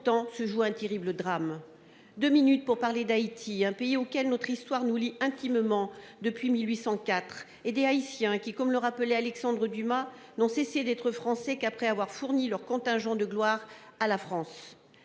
Lurel. Je dispose de deux minutes pour parler d’Haïti, un pays auquel notre histoire nous lie intimement depuis 1804, et des Haïtiens, qui, comme le rappelait Alexandre Dumas, n’ont cessé d’être Français qu’après avoir fourni leur « contingent de gloire » à la France.